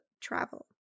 travel